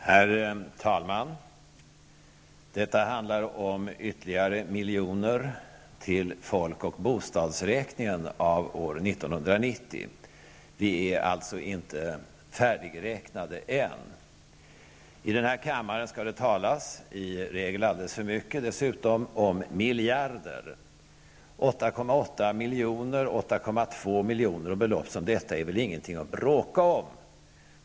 Herr talman! Detta ärende handlar om ytterligare miljoner till folk och bostadsräkningen av år 1990. Vi är alltså inte färdigräknade än. I den här kammaren skall det talas -- i regel alldeles för mycket -- om miljarder. 8,8 miljoner och 8,2 miljoner och andra belopp som dessa är väl ingenting att bråka om.